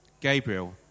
Gabriel